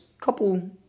couple